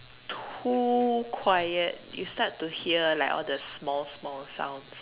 too quiet you start to hear like all the small smalls sounds